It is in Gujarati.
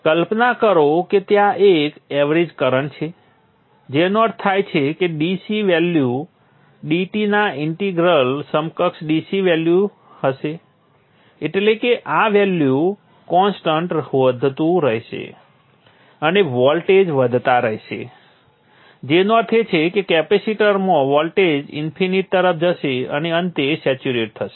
કલ્પના કરો કે ત્યાં એક એવરેજ કરંટ છે જેનો અર્થ થાય છે કે dC વેલ્યુ dt ના ઇંટીગ્રલ સમકક્ષ dC વેલ્યુ હશે એટલે કે આ વેલ્યુ કોન્સ્ટન્ટ વધતું રહેશે અને વોલ્ટેજ વધતા રહેશે જેનો અર્થ એ છે કે કેપેસિટરમાં વોલ્ટેજ ઇન્ફિનિટ તરફ જશે અને અંતે સેચ્યુરેટ થશે